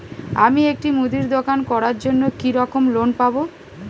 আমি একটি মুদির দোকান করার জন্য কি রকম লোন পাব?